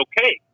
okay